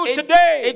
today